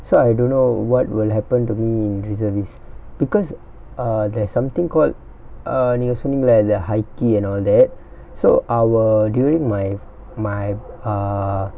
so I don't know what will happen to me in reservist because err there's something call err நீங்க சொன்னிங்களே:neenga sonneengala the high key and all that so our during my my err